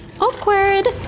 Awkward